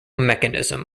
mechanism